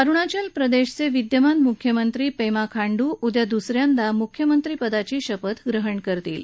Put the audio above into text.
अरुणाचल प्रदेशचे विद्यमान मुख्यमंत्री पेमा खांडू उद्या दुसऱ्यांदा मुख्यमंत्री पदाची शपथ ग्रहण करतील